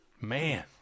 Man